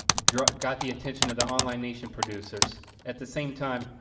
got got the attention of the online nation producers at the same time,